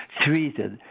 treated